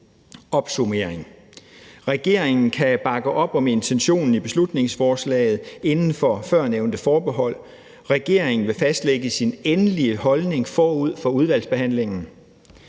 opsummering. Regeringen kan bakke op om intentionen i beslutningsforslaget inden for de førnævnte forbehold. Regeringen vil fremlægge sin endelige holdning forud for udvalgsbehandlingen.